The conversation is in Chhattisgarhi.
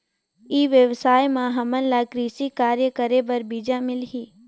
ई व्यवसाय म हामन ला कृषि कार्य करे बर बीजा मिलही?